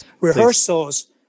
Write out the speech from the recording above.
rehearsals